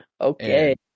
Okay